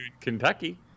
Kentucky